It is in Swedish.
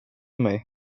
mig